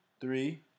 three